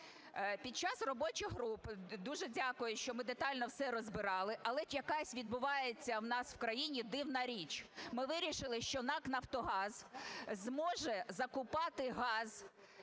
Під час робочої групи, дуже дякую, що ми детально все розбирали, але якась відбувається у нас в країні дивна річ. Ми вирішили, що НАК "Нафтогаз" зможе закупати газ